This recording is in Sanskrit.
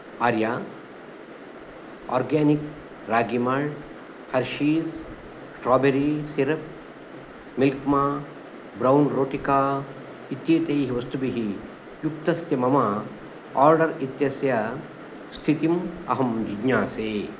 आर्या organic ragi malt Hershey's strawberry syrup milk मा ब्रौन् रोटिका इत्येतैः वस्तुभिः युक्तस्य मम ओर्डर् इत्यस्य स्थितिम् अहं जिज्ञासे